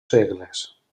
segles